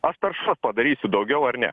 aš taršos padarysiu daugiau ar ne